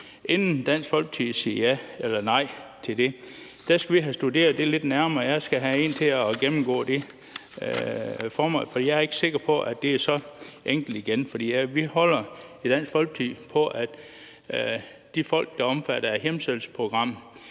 Inden Dansk Folkeparti siger ja eller nej til de to punkter, skal vi have studeret det lidt nærmere, og jeg skal have en til at gennemgå det for mig, for jeg er ikke sikker på, at det er så enkelt igen. Vi holder i Dansk Folkeparti på, at de folk, der er omfattet af et hjemsendelsesprogram,